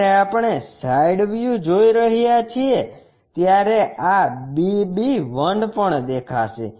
જ્યારે આપણે side view જોઈ રહ્યા છીએ ત્યારે આ B B 1 પણ દેખાશે